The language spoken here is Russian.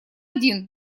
один